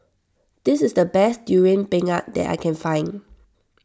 this is the best Durian Pengat that I can find